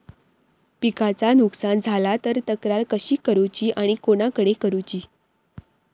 पिकाचा नुकसान झाला तर तक्रार कशी करूची आणि कोणाकडे करुची?